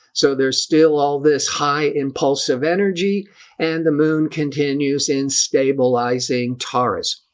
so there's still all this high impulsive energy and the moon continues in stabilizing taurus.